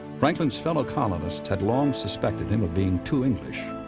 franklin's fellow colonists had long suspected him of being too english.